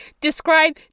describe